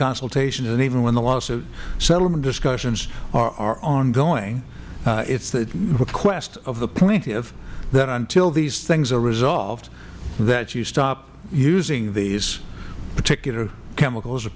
consultations and even when the lawsuit settlement discussions are ongoing it is the request of the plaintiff that until these things are resolved that you stop using these particular chemicals